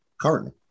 currently